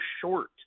short